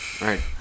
Right